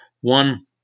one